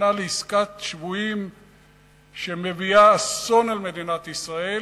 נכנע לעסקת שבויים שמביאה אסון על מדינת ישראל,